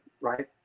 Right